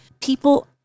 people